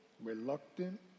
reluctant